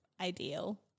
ideal